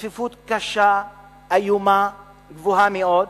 צפיפות קשה, איומה, גבוהה מאוד.